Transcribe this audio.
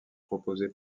proposée